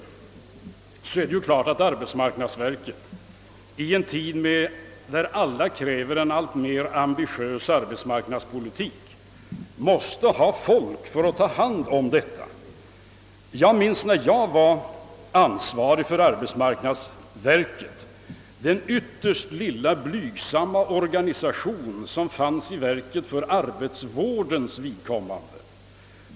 Det är ju klart att arbetsmarknadsverket i en tid då alla kräver en alltmer ambitiös arbetsmarknadspolitik måste ha folk för att ta hand om denna verksamhet. Jag minns från den tid då jag var ansvarig för arbetsmarknadsverket, vilken ytterst liten och blygsam organisation som fanns i verket för arbetsvårdens vidkommande.